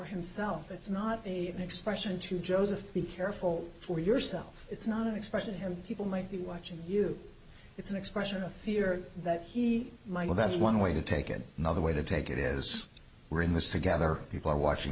himself it's not an expression to joseph be careful for yourself it's not an expression him people might be watching you it's an expression of fear that he might well that's one way to take it another way to take it is we're in this together people are watching